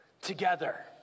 together